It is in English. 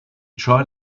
tried